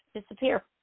disappear